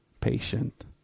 patient